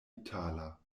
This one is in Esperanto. itala